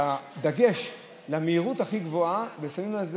במלוא הדגש, במהירות הכי גבוהה, ונותנים לזה